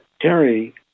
Terry